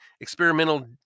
experimental